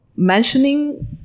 mentioning